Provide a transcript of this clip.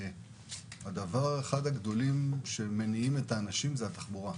אחד הדברים שמניעים את האנשים זו התחבורה.